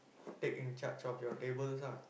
take in charge of your tables ah